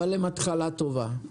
אבל הן התחלה טובה.